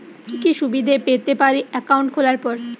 কি কি সুবিধে পেতে পারি একাউন্ট খোলার পর?